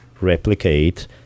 replicate